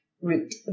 root